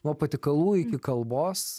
nuo patiekalų iki kalbos